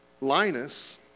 Linus